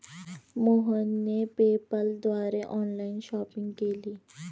मोहनने पेपाल द्वारे online shopping केली